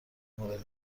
مورد